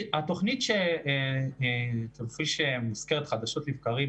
התוכנית של תרחיש מוזכרת חדשות לבקרים,